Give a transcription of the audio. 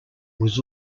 was